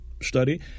study